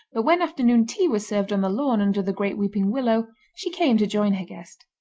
but when afternoon tea was served on the lawn under the great weeping willow, she came to join her guest.